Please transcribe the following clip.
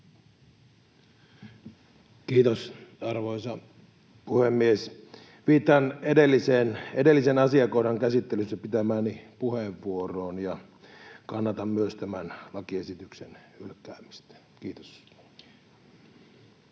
Kiitos, arvoisa puhemies! Viittaan edellisen asiakohdan käsittelyssä pitämääni puheenvuoroon ja kannatan myös tämän lakiesityksen hylkäämistä. — Kiitos.